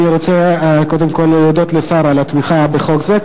אני רוצה קודם כול להודות לשר על התמיכה בחוק זה.